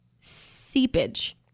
seepage